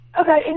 Okay